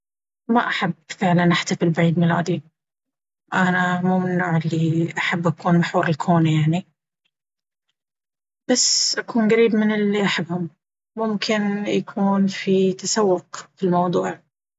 ما أحب فعلا أحتفل بعيد ميلادي، انا مو من النوع الي احب أكون محور الكون يعني… بس أكون قريبة من اللي أحبهم ممكن يكون في تسوق في الموضوع.